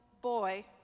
boy